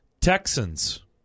Texans